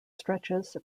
stretches